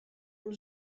nous